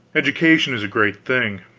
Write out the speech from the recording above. education is a great thing.